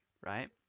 right